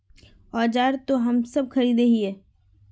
औजार तो हम सब खरीदे हीये?